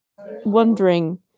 wondering